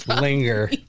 linger